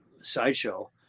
sideshow